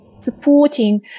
supporting